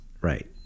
Right